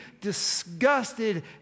disgusted